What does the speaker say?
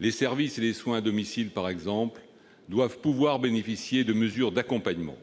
les services et les soins à domicile, par exemple -doivent pouvoir bénéficier de mesures d'accompagnement.